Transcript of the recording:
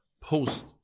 post